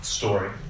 story